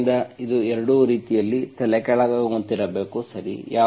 ಆದ್ದರಿಂದ ಇದು ಎರಡೂ ರೀತಿಯಲ್ಲಿ ತಲೆಕೆಳಗಾದಂತಿರಬೇಕು ಸರಿ